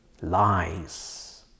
Lies